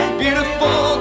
beautiful